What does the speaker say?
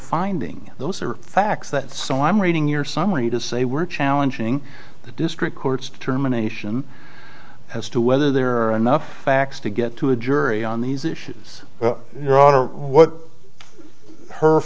finding those are facts that so i'm reading your summary to say we're challenging the district court's determination as to whether there are enough facts to get to a jury on these issues your honor what her